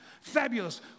Fabulous